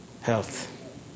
health